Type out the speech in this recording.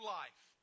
life